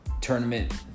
tournament